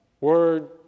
Word